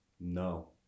No